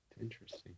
Interesting